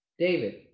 David